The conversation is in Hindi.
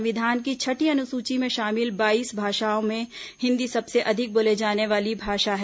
संविधान की छठी अनुसूची में शामिल बाईस भाषाओं में हिंदी सबसे अधिक बोली जाने वाली भाषा है